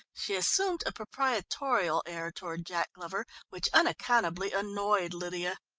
she assumed a proprietorial air toward jack glover, which unaccountably annoyed lydia.